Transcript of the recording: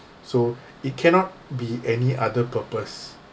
so it cannot be any other purpose